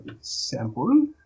sample